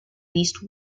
least